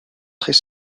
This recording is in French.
très